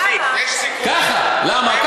למה?